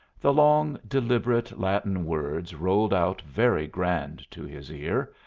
the long deliberate latin words rolled out very grand to his ear,